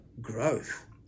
growth